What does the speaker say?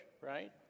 right